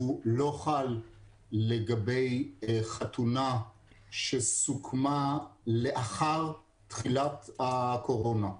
שהוא לא חל לגבי חתונה שסוכמה לאחר תחילת הקורונה.